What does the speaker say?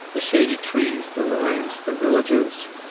the shady trees, the ruins, the villages,